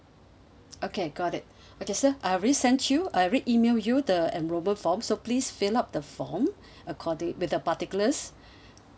okay got it okay sir I've already sent you I've already email you the enrolment form so please fill up the form according with the particulars